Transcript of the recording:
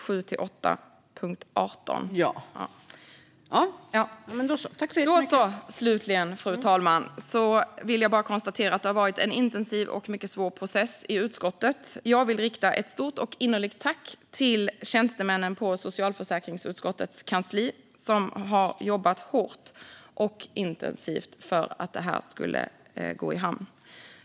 Slutligen, fru talman, vill jag bara konstatera att det har varit en intensiv och mycket svår process i utskottet. Jag vill rikta ett stort och innerligt tack till tjänstemännen på socialförsäkringsutskottets kansli som har jobbat hårt och intensivt för att detta skulle gå i hamn.